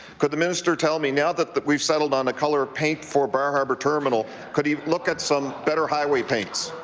could the minister tell me, now that that we've settled on a colour of paint for bar harbour terminal, could he look at some better highway paint?